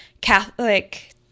Catholic